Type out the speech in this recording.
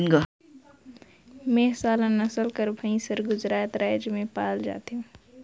मेहसाला नसल कर भंइस हर गुजरात राएज में पाल जाथे